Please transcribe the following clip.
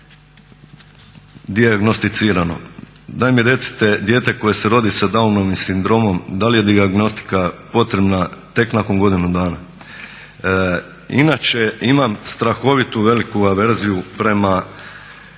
dijagnosticirano. Daj mi recite, dijete koje se rodi sa Downovim sindromom da li je dijagnostika potrebna tek nakon godinu dana. Inače imam strahovito veliku averziju prema